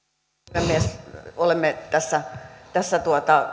puhemies olemme tässä tässä